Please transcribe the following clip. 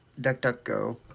DuckDuckGo